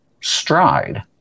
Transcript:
Stride